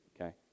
okay